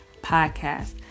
podcast